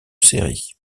série